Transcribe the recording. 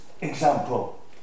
example